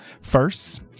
first